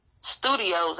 studios